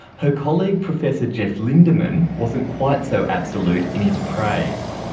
her colleague professor geoff lindeman wasn't quite so absolute in his praise.